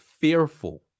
fearful